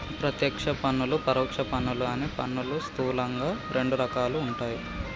ప్రత్యక్ష పన్నులు, పరోక్ష పన్నులు అని పన్నులు స్థూలంగా రెండు రకాలుగా ఉంటయ్